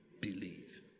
believe